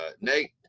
Nate